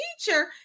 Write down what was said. teacher